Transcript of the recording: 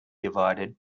divided